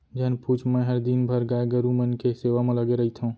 झन पूछ मैंहर दिन भर गाय गरू मन के सेवा म लगे रइथँव